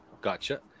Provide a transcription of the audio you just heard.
Gotcha